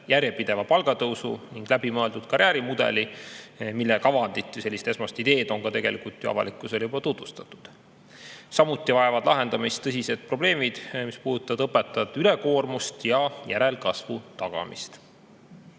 järjepideva palgatõusu ning läbimõeldud karjäärimudeli, mille kavandit, sellist esmast ideed, on tegelikult ju avalikkusele juba tutvustatud. Samuti vajavad lahendamist tõsised probleemid, mis puudutavad õpetajate ülekoormust ja järelkasvu tagamist.